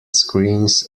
screens